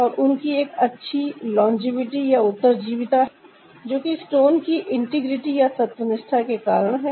और उनकी एक अच्छी लोंजविटी या उत्तरजीविता है जो कि स्टोन की इंटेग्रिटी या अखंडता के कारण है